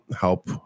help